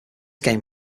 game